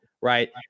Right